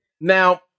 Now